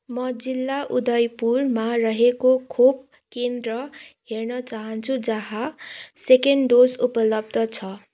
म जिल्ला उदयपुरमा रहेको खोप केन्द्र हेर्न चाहन्छु जहाँ सेकेन्ड डोज उपलब्ध छ